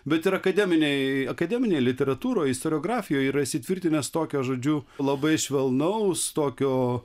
bet ir akademinėj akademinėj literatūroje istoriografijoj yra įsitvirtinęs tokio žodžiu labai švelnaus tokio